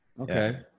Okay